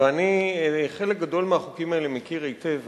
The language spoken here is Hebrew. ואני חלק גדול מהחוקים האלה מכיר היטב,